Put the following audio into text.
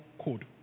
code